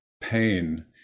pain